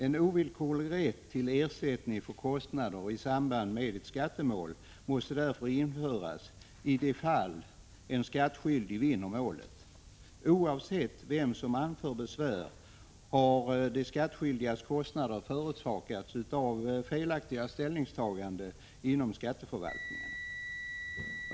En ovillkorlig rätt till ersättning för kostnader i samband med ett skattemål måste därför införas för de fall där en skattskyldig vinner målet. Oavsett vem som anför besvär har de skattskyldigas kostnader förorsakats av felaktiga ställningstaganden inom skatteförvaltningen.